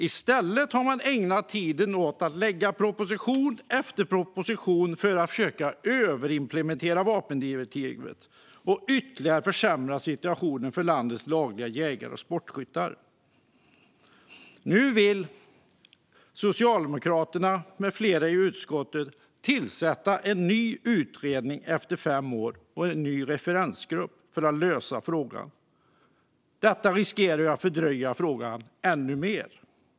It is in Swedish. I stället har man ägnat tiden åt att lägga fram proposition efter proposition för att försöka överimplementera vapendirektivet och ytterligare försämra situationen för landets lagliga jägare och sportskyttar. Nu vill Socialdemokraterna med flera i utskottet efter fem år tillsätta en ny utredning och en ny referensgrupp för att lösa frågan. Detta riskerar att fördröja frågan ännu mer.